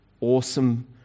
awesome